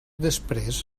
després